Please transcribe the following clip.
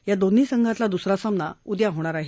या दोन्ही संघातला दुसरा सामना उद्या होणार आहे